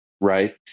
right